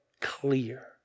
clear